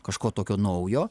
kažko tokio naujo